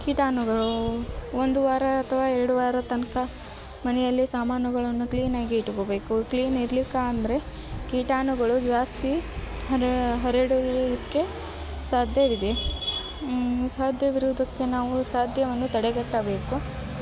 ಕೀಟಾಣುಗಳು ಒಂದು ವಾರ ಅಥವಾ ಎರಡು ವಾರ ತನಕ ಮನೆಯಲ್ಲಿ ಸಾಮಾನುಗಳನ್ನು ಕ್ಲೀನ್ ಆಗಿ ಇಟ್ಕೊಬೇಕು ಕ್ಲೀನ್ ಇರಲಿಕ್ಕಾಂದ್ರೆ ಕೀಟಾಣುಗಳು ಜಾಸ್ತಿ ಹರಡಲಿಕ್ಕೆ ಸಾಧ್ಯವಿದೆ ಸಾಧ್ಯವಿರುವುದಕ್ಕೆ ನಾವು ಸಾಧ್ಯವನ್ನು ತಡೆಗಟ್ಟಬೇಕು